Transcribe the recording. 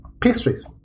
pastries